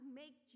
make